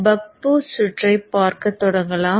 buck boost சுற்றை பார்க்கத் தொடங்கலாம்